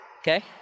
Okay